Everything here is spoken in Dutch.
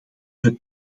het